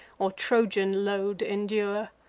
or trojan load endure.